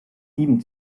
sieben